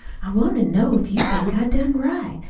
i want to know if you think i done right.